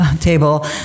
table